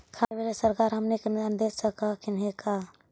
खाद लेबे सरकार हमनी के अनुदान दे सकखिन हे का?